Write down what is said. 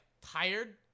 tired